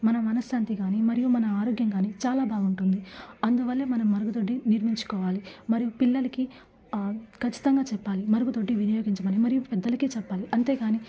మన మనఃశాంతి కాని మరియు మన ఆరోగ్యం కాని చాలా బాగుంటుంది అందువల్లే మన మరుగుదొడ్డిని నిర్మించుకోవాలి పిల్లలకి ఖచ్చితంగా చెప్పాలి మరుగుదొడ్డి వినియోగించమని మరియు పెద్దలకి చెప్పాలి అంతేకాని